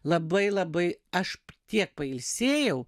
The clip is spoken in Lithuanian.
labai labai aš tiek pailsėjau